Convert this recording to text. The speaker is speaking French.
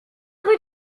rue